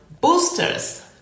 boosters